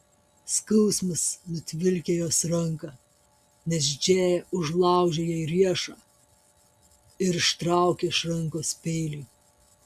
skausmas nutvilkė jos ranką nes džėja užlaužė jai riešą ir ištraukė iš rankos peilį